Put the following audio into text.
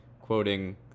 quoting